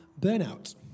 burnout